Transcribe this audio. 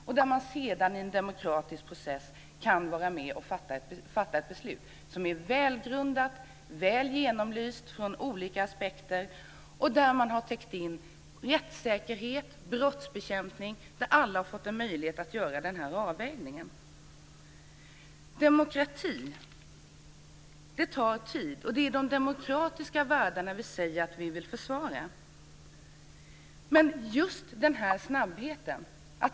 Sedan kan man, i en demokratisk process, vara med och fatta ett beslut som är välgrundat och genomlyst ur olika aspekter. Man har täckt in rättssäkerhet och brottsbekämpning, och alla har fått möjlighet att göra denna avvägning. Demokrati tar tid. Det är de demokratiska värdena vi säger att vi vill försvara. Det är just kraven på att det ska gå snabbt som jag vänder mig emot.